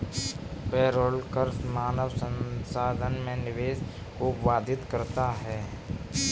payroll कर मानव संसाधन में निवेश को बाधित करता है